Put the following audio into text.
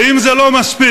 ואם זה לא מספיק,